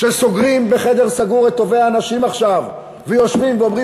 כשסוגרים בחדר סגור את טובי האנשים עכשיו ויושבים ואומרים,